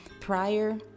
prior